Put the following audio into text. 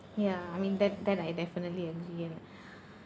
ya I mean that that I definitely agree and